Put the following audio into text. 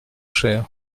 cher